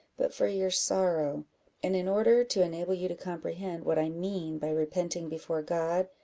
but for your sorrow and in order to enable you to comprehend what i mean by repenting before god,